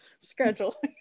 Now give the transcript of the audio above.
schedule